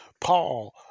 Paul